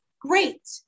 Great